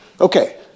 Okay